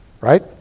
right